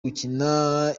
gukina